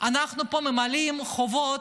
אנחנו פה ממלאים חובות,